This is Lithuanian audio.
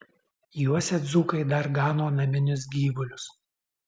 juose dzūkai dar gano naminius gyvulius